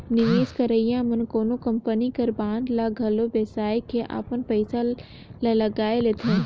निवेस करइया मन कोनो कंपनी कर बांड ल घलो बेसाए के अपन पइसा ल लगाए लेथे